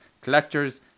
Collector's